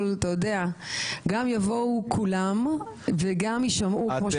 גם יבואו כולם וגם יישמעו כמו שצריך.